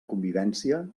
convivència